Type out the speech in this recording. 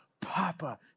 Papa